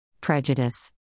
Prejudice